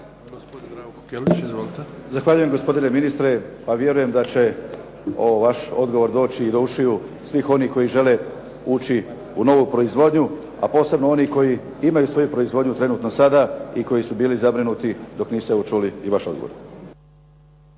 Zahvaljujem gospodine ministre, a vjerujem da će vaš odgovor doći i do ušiju svih onih koji žele ući u novu proizvodnju, a posebno oni koji imaju svoju proizvodnju trenutno sada i koji su bili zabrinuti dok nisu evo čuli i vaš odgovor.